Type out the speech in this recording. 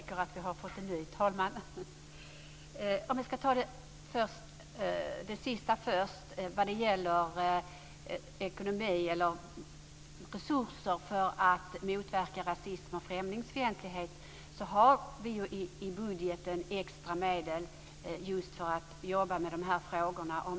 Fru talman! Låt mig först ta upp det sista om resurser för att motverka rasism och främlingsfientlighet. Vi har i budgeten extra medel just för att jobba med de frågorna.